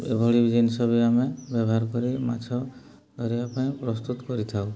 ଏଭଳି ଜିନିଷ ବି ଆମେ ବ୍ୟବହାର କରି ମାଛ ଧରିବା ପାଇଁ ପ୍ରସ୍ତୁତ କରିଥାଉ